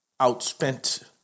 outspent